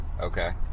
Okay